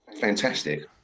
fantastic